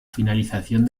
finalización